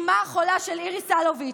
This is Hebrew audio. אימה החולה של איריס אלוביץ',